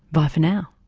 bye for now